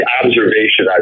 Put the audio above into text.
observation